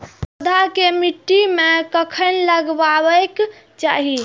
पौधा के मिट्टी में कखेन लगबाके चाहि?